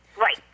Right